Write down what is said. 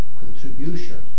contribution